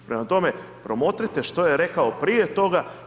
Prema tome promotrite što je rekao prije toga